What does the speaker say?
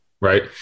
Right